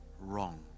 wrong